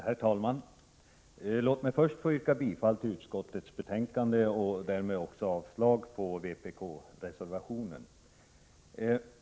Herr talman! Låt mig först få yrka bifall till utskottets hemställan och därmed också avslag på vpk-reservationen.